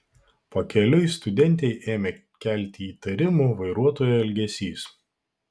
pakeliui studentei ėmė kelti įtarimų vairuotojo elgesys